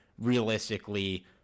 Realistically